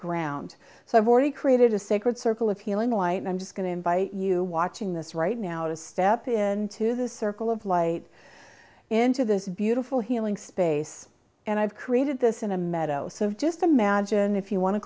ground so i've already created a sacred circle of healing light i'm just going to invite you watching this right now to step into the circle of light into this beautiful healing space and i've created this in a meadow so just imagine if you want to